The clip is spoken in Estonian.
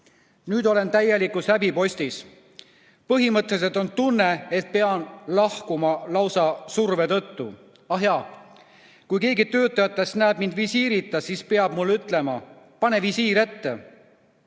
Nüüd olen täielikus häbipostis. Põhimõtteliselt on tunne, et pean lahkuma lausa surve tõttu. Ah jaa, kui keegi töötajatest näeb mind visiirita, siis peab ta mulle ütlema: "Pane visiir ette!"